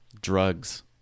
drugs